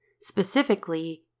Specifically